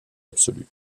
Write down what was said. absolue